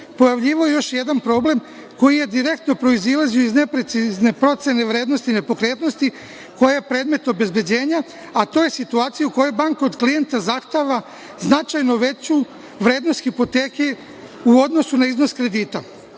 pojavljivao još jedan problem koji je direktno proizilazio iz neprecizne procene vrednosti nepokretnosti koja je predmet obezbeđenja, a to je situacija koja banka od klijenta zahteva značajno veću vrednost hipoteke u odnosu na iznos kredita.